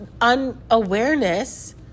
unawareness